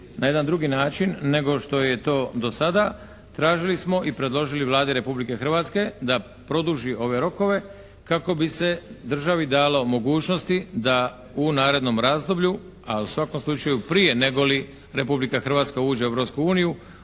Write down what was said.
na jedan drugi način nego što je to do sada. Tražili smo i predložili Vladi Republike Hrvatske da produži ove rokove kako bi se državi dalo mogućnosti da u narednom razdoblju, a u svakom slučaju prije negoli Republika Hrvatska uđe u Europsku uniju